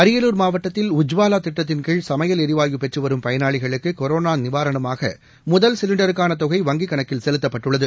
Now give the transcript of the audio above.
அரியலூர் மாவட்டத்தில் உஜ்வாவா திட்டத்தின்கீழ் சமையல் ளரிவாயு பெற்று வரும் பயனாளிகளுக்கு கொரோனா நிவாரணமாக முதல் சிலிண்டருக்கான தொகை வங்கிக் கணக்கில் செலுத்தப்பட்டுள்ளது